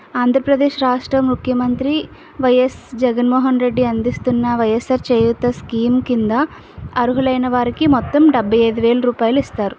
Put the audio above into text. ఆంధ్రప్రదేశ్ రాష్ట్ర ముఖ్యమంత్రి వైయస్ జగన్మోహన్ రెడ్డి అందిస్తున్న వైయస్ఆర్ చేయూత స్కీం క్రింద అర్హులైన వారికి మొత్తం డెబ్బై ఐదు వేల రూపాయలు ఇస్తారు